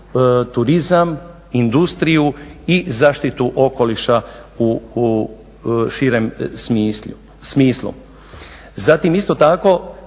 turizam, industriju i zaštitu okoliša u širem smislu. Zatim isto tako